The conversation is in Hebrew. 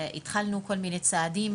התחלנו במשרד הבריאות בנקיטה של כל מיני צעדים,